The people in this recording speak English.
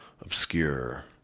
Obscure